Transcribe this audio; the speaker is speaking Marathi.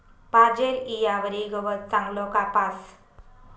पाजेल ईयावरी गवत चांगलं कापास